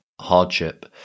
hardship